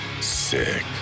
Sick